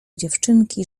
dziewczynki